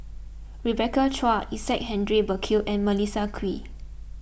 Rebecca Chua Isaac Henry Burkill and Melissa Kwee